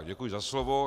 Děkuji za slovo.